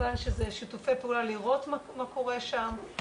מובן שזה שיתופי פעולה לראות מה קורה שם,